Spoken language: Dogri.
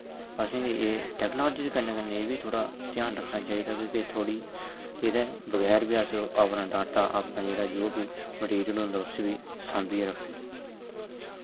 असेंगी एह् टेक्नोलाजी दे कन्नै कन्नै बी थोह्ड़ा ध्यान रक्खन चाहीदा कि थोह्ड़ी एह्दे बगैरा बी अस अपना डाटा आपन जेह्ड़ा जो बी मटीरियल होंदा उस्सी बी साम्भिये रक्खचे